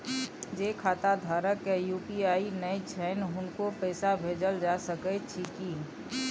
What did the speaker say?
जे खाता धारक के यु.पी.आई नय छैन हुनको पैसा भेजल जा सकै छी कि?